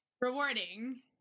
rewarding